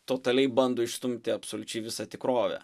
totaliai bando išstumti absoliučiai visą tikrovę